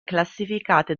classificate